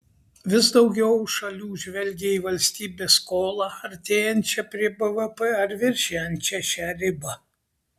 vis daugiau šalių žvelgia į valstybės skolą artėjančią prie bvp ar viršijančią šią ribą